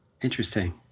interesting